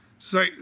Say